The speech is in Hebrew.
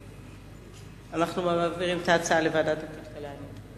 ואנחנו מעבירים את ההצעה לוועדת הכלכלה.